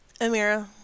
Amira